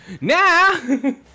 now